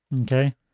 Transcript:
Okay